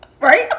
Right